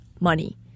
money